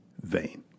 vain